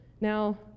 Now